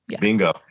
Bingo